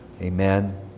Amen